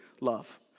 love